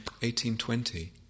1820